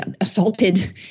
assaulted